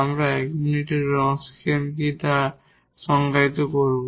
আমরা এক মিনিটে রনস্কিয়ান কি তা সংজ্ঞায়িত করব